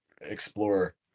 explore